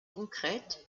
concrètes